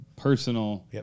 Personal